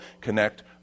connect